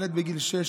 ילד בגיל שש,